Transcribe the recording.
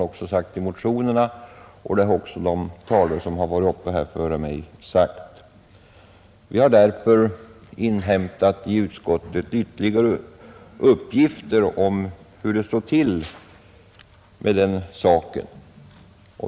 Vi har därför i utskottet inhämtat ytterligare uppgifter om hur det förhäller sig med den saken.